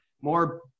more